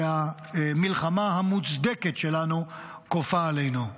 שהמלחמה המוצדקת שלנו כופה עלינו.